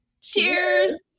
Cheers